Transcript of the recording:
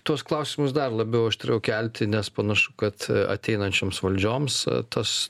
tuos klausimus dar labiau aštriau kelti nes panašu kad ateinančioms valdžioms tas